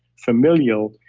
familial,